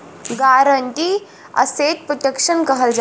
guarantee asset protection कहल जाला